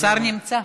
השר נמצא.